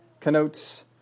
connotes